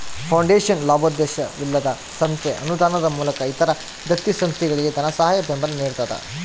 foundation ಲಾಭೋದ್ದೇಶವಿಲ್ಲದ ಸಂಸ್ಥೆ ಅನುದಾನದ ಮೂಲಕ ಇತರ ದತ್ತಿ ಸಂಸ್ಥೆಗಳಿಗೆ ಧನಸಹಾಯ ಬೆಂಬಲ ನಿಡ್ತದ